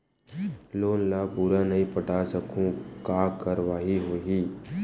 Loan ला पूरा नई पटा सकहुं का कारवाही होही?